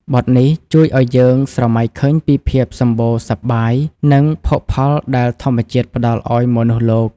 បទនេះជួយឱ្យយើងស្រមៃឃើញពីភាពសម្បូរសប្បាយ និងភោគផលដែលធម្មជាតិផ្ដល់ឱ្យមនុស្សលោក។